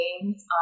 games